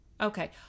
Okay